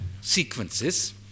sequences